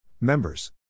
Members